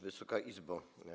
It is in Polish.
Wysoka Izbo!